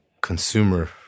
consumer